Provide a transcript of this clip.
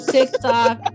TikTok